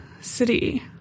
city